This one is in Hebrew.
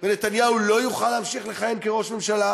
ונתניהו לא יוכל להמשיך לכהן כראש ממשלה.